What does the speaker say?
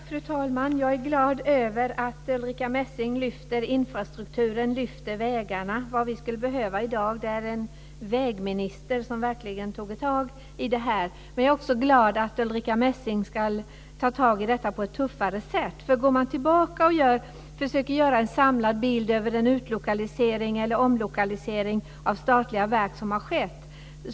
Fru talman! Jag är glad över att Ulrica Messing lyfter fram infrastrukturen och vägarna. Vi skulle behöva en vägminister i dag som verkligen tog tag i detta. Jag är också glad att Ulrica Messing ska ta tag i detta på ett tuffare sätt. Man kan gå tillbaka och försöka ge en samlad bild av den utlokalisering eller omlokalisering av statliga verk som har skett.